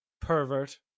Pervert